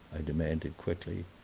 i demanded quickly.